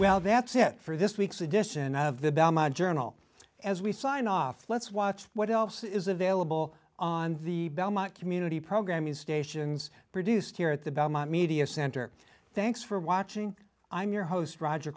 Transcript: well that's it for this week's edition of the belmont journal as we sign off let's watch what else is available on the belmont community programs stations produced here at the belmont media center thanks for watching i'm your host roger